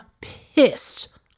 pissed